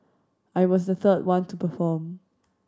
I was the third one to perform